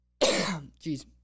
Jeez